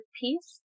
piece